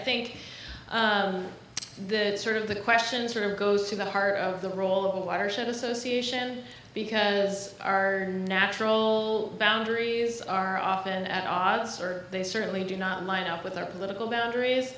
think the sort of the questions were goes to the heart of the role of a watershed association because our natural boundaries are often at odds are they certainly do not line up with their political boundaries